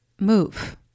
move